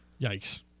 Yikes